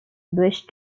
bush